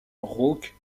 rauque